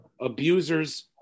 abusers